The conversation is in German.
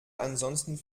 ansonsten